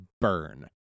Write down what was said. burn